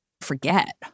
forget